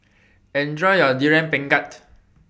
Enjoy your Durian Pengat